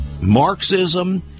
Marxism